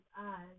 eyes